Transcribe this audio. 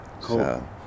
cool